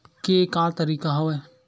के का तरीका हवय?